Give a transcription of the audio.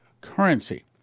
currency